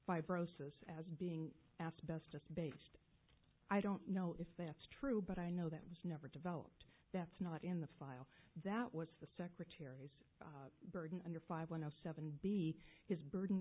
fibrosis as being asbestos based i don't know if that's true but i know that was never developed that's not in the file that was the secretary bergen under five one zero seven b his burden